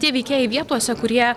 tie veikėjai vietose kurie